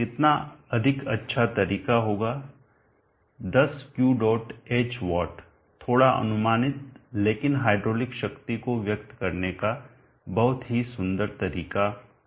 कितना अधिक अच्छा तरीका होगा 10 क्यू डॉट एच वाट थोड़ा अनुमानित लेकिन हाइड्रोलिक शक्ति को व्यक्त करने का बहुत ही सुंदर तरीका होगा